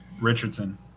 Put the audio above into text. Richardson